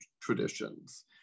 traditions